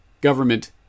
government